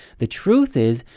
the truth is,